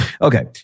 Okay